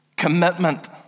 commitment